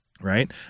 Right